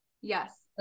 yes